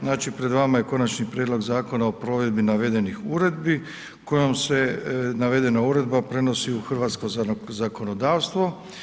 Znači pred vama je konačni prijedlog zakona o provedbi navedenih uredbi kojom se navedena uredba prenosi u hrvatsko zakonodavstvo.